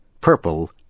purple